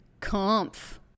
Comf